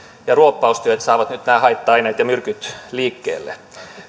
ja ruoppaustyöt saavat nyt nämä haitta aineet ja myrkyt liikkeelle